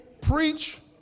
preach